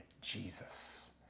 Jesus